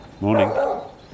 morning